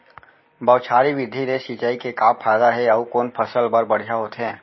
बौछारी विधि ले सिंचाई के का फायदा हे अऊ कोन फसल बर बढ़िया होथे?